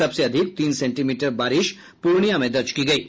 सबसे अधिक तीन सेंटीमीटर बारिश प्रर्णिया में दर्ज की गयी